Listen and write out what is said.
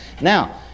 Now